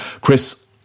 chris